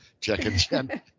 checking